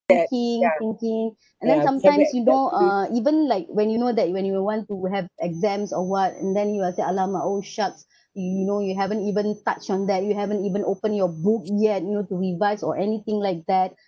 thinking thinking and then sometimes you know uh even like when you know that when you want to have exams or [what] and then you will say alamak oh shucks you you know you haven't even touch on that you haven't even open your book yet you know to revise or anything like that